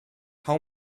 how